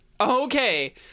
Okay